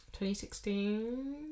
2016